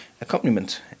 Accompaniment